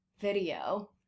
video